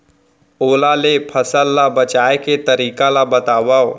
ओला ले फसल ला बचाए के तरीका ला बतावव?